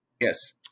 Yes